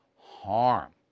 harm